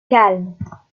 calmes